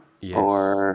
Yes